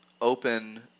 open